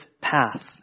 path